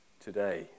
today